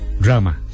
drama